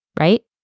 right